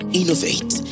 innovate